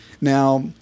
Now